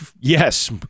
Yes